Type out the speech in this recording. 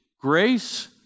grace